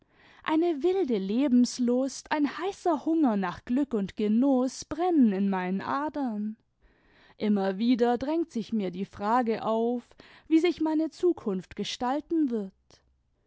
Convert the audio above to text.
eine wilde lebenslust ein heißer hunger nacb glück und genuß brennen in meinen adern immer wieder drängt sich mir die frage a uf wie sich meine zukunft gestalten wird